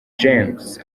james